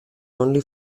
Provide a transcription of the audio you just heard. only